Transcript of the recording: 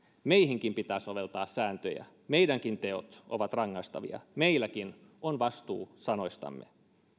meihinkin pitää soveltaa sääntöjä meidänkin tekomme ovat rangaistavia meilläkin on vastuu sanoistamme